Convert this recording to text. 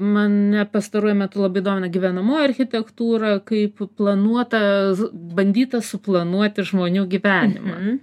mane pastaruoju metu labai domina gyvenamoji architektūra kaip planuota bandyta suplanuoti žmonių gyvenimą